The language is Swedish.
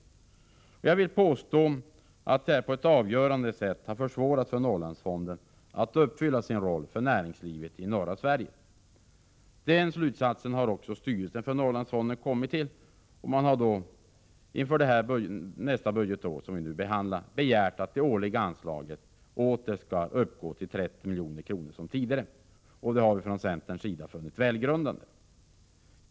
Jag vill påstå att det på ett avgörande sätt har försvårat för Norrlandsfonden att uppfylla sin roll för näringslivet i norra Sverige. Den slutsatsen har också styrelsen för Norrlandsfonden kommit till. Man har begärt att det årliga anslaget nästa budgetår, som vi nu behandlar, åter skall uppgå till 30 milj.kr. Det har vi från centerns sida funnit välgrundat.